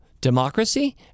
democracy